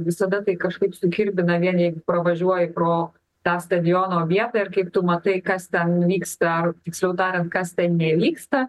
visada tai kažkaip sukirbina vien jeigu pravažiuoji pro tą stadiono vietą ir kaip tu matai kas ten vyksta tiksliau tariant kas ten neįvyksta